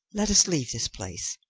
let us leave this place.